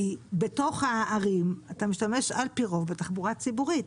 בתוך הערים הרי אתה משתמש על פי רוב בתחבורה ציבורית.